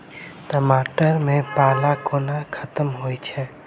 टमाटर मे पाला कोना खत्म होइ छै?